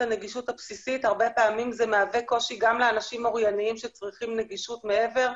הרבה פעמים זה מהווה קושי לאנשים שצריכים נגישות מעבר,